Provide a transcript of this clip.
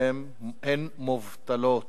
הן מובטלות.